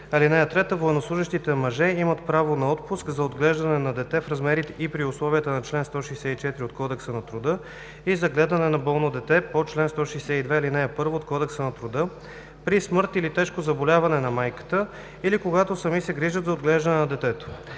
„(3) Военнослужещите мъже имат право на отпуск за отглеждане на дете в размерите и при условията на чл. 164 от Кодекса на труда и за гледане на болно дете по чл. 162, ал. 1 от Кодекса на труда при смърт или тежко заболяване на майката, или когато сами се грижат за отглеждане на детето,